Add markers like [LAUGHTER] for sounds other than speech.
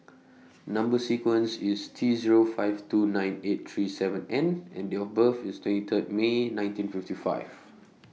[NOISE] Number sequence IS T Zero five two nine eight three seven N and Date of birth IS twenty Third May nineteen fifty five